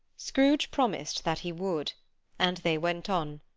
scrooge promised that he would and they went on,